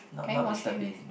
not not Mister Bean